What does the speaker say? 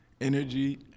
energy